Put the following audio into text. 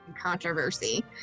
controversy